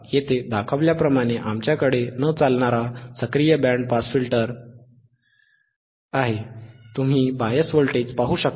येथे दाखवल्याप्रमाणे आमच्याकडे न चालणारा सक्रिय बँड पास फिल्टर आहे तुम्ही बायस व्होल्टेज पाहू शकता